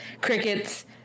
Crickets